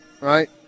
Right